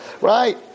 right